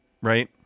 right